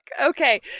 okay